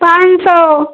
पाँच सौ